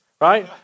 right